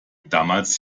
damals